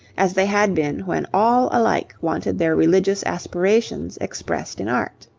as they had been when all alike wanted their religious aspirations expressed in art.